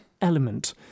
element